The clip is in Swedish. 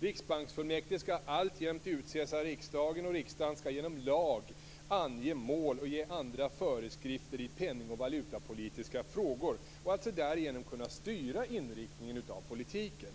Riksbanksfullmäktige skall alltjämt utses av riksdagen, och riksdagen skall genom lag ange mål och ge andra föreskrifter i penning och valutapolitiska frågor och därigenom kunna styra inriktningen av politiken.